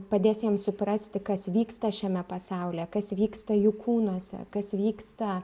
padės jiem suprasti kas vyksta šiame pasaulyje kas vyksta jų kūnuose kas vyksta